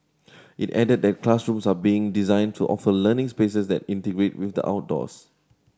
it added that classrooms are being designed to offer learning spaces that integrate with the outdoors